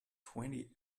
twenty